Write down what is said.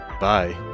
bye